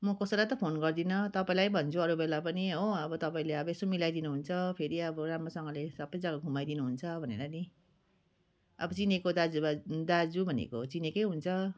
म कसैलाई त फोन गर्दिनँ तपाईँलाई भन्छु अरू बेला पनि हो अब तपाईँले अब यसो मिलाई दिनुहुन्छ फेरि अब राम्रोसँगले सबै जग्गा घुमाइदिनुहुन्छ भनेर नि अब चिनेको दाजु दाजु भनेको चिनेकै हुन्छ